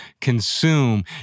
consume